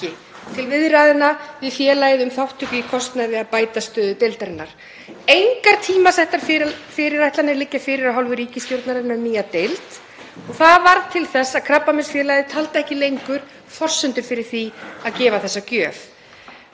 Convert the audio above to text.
til viðræðna við félagið um þátttöku í kostnaði til að bæta stöðu deildarinnar. Engar tímasettar fyrirætlanir liggja fyrir af hálfu ríkisstjórnarinnar um nýja deild og það varð til þess að Krabbameinsfélagið taldi ekki lengur forsendur fyrir því að gefa þessa gjöf.